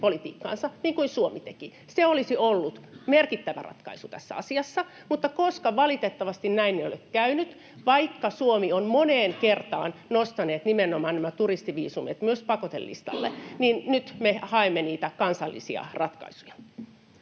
viisumipolitiikkaansa niin kuin Suomi teki. Se olisi ollut merkittävä ratkaisu tässä asiassa. Mutta koska valitettavasti näin ei ole käynyt — vaikka Suomi on moneen kertaan nostanut nimenomaan nämä turistiviisumit pakotelistalle — niin nyt me haemme niitä kansallisia ratkaisuja.